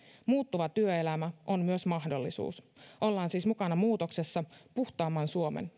muuttuva työelämä on myös mahdollisuus ollaan siis mukana muutoksessa puhtaamman suomen